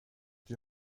die